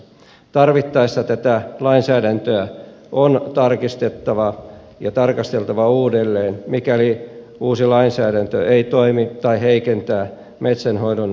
tarvittaessa tätä lainsäädäntöä on tarkistettava ja tarkasteltava uudelleen mikäli uusi lainsäädäntö ei toimi tai heikentää metsänhoidon tilaa